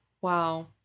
Wow